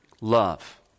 love